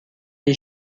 les